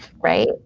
right